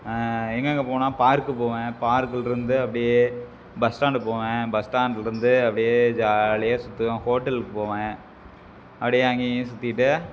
எங்கெங்கே போவேன்னால் பார்க்கு போவேன் பார்க்கிலிருந்து அப்படியே பஸ் ஸ்டாண்டு போவேன் பஸ் ஸ்டாண்ட்டிலிருந்து அப்படியே ஜாலியாக சுற்றுதுவேன் ஹோட்டலுக்குப் போவேன் அப்படியே அங்கேயும் இங்கேயும் சுற்றிட்டு